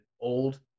old